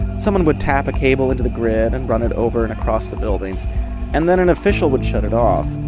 someone would tap a cable into the grid and run it over and across the buildings and then an official would shut it off.